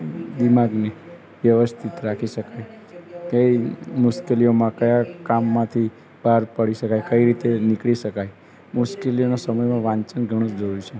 દિમાગને વ્યવસ્થિત રાખી શકાય કઈ મુશ્કેલીઓમાં કયા કામમાંથી પાર પાડી શકાય કઈ રીતે નીકળી શકાય મુશ્કેલીઓના સમયમાં વાંચન ઘણું જ જરૂરી છે